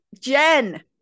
Jen